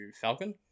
Falcon